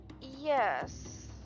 Yes